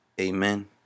Amen